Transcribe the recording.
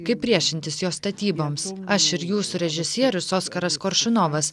kaip priešintis jo statyboms aš ir jūsų režisierius oskaras koršunovas